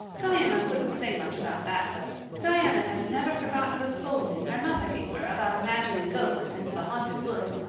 diana wouldn't say much about that, though. diana has never forgotten the scolding her mother gave her about imagining ghosts into the haunted wood.